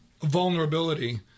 vulnerability